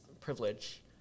privilege